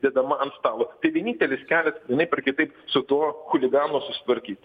dėdama ant stalo tai vienintelis kelias vienaip ar kitaip su tuo chuliganu susitvarkyt